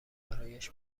برایش